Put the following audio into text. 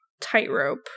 tightrope